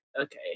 Okay